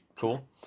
cool